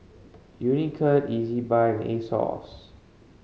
Unicurd Ezbuy and Asos